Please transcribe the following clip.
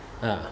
ah